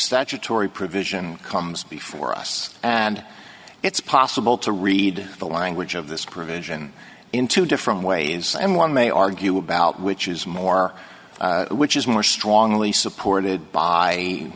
statutory provision comes before us and it's possible to read the language of this provision in two different ways and one may argue about which is more which is more strongly supported by